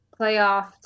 playoff